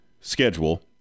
schedule